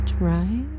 right